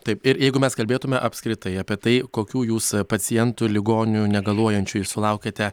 taip ir jeigu mes kalbėtume apskritai apie tai kokių jūs pacientų ligonių negaluojančiųjų sulaukiate